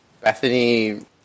Bethany